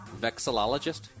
Vexillologist